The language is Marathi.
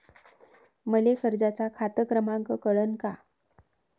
मले कर्जाचा खात क्रमांक कळन का?